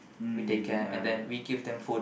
we take care we give them food